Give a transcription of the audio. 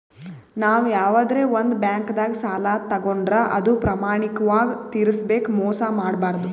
ನಾವ್ ಯವಾದ್ರೆ ಒಂದ್ ಬ್ಯಾಂಕ್ದಾಗ್ ಸಾಲ ತಗೋಂಡ್ರ್ ಅದು ಪ್ರಾಮಾಣಿಕವಾಗ್ ತಿರ್ಸ್ಬೇಕ್ ಮೋಸ್ ಮಾಡ್ಬಾರ್ದು